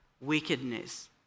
wickedness